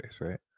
right